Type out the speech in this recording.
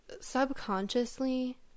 subconsciously